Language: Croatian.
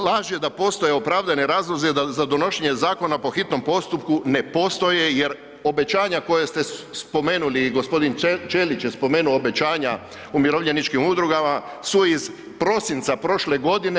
Laž je da postoje opravdani razlozi za donošenje zakona po hitnom postupku ne postoje jer obećanja koja ste spomenuli i gospodin Ćelić je spomenuo obećanja umirovljeničkim udrugama su iz prosinca prošle godine.